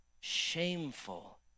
shameful